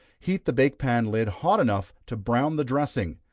heat the bake pan lid hot enough to brown the dressing,